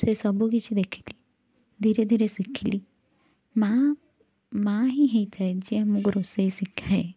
ସେ ସବୁ କିଛି ଦେଖିକି ଧୀରେ ଧୀରେ ଶିଖିଲି ମାଁ ମାଁ ହିଁ ହେଇଥାଏ ଯେ ଆମକୁ ରୋଷେଇ ଶିଖାଏ